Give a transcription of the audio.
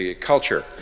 culture